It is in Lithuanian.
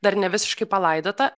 dar ne visiškai palaidota